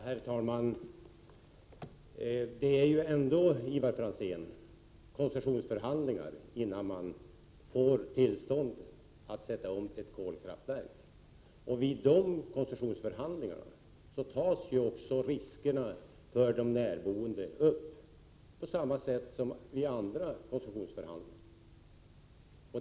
Herr talman! Det bedrivs ändå koncessionsförhandlingar, Ivar Franzén, innan tillstånd ges för att sätta i gång ett kolkraftverk. Vid de koncessionsförhandlingarna tas även riskerna för de närboende upp på samma sätt som vid andra koncessionsförhandlingar.